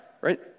right